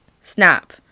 snap